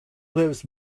lives